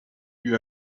you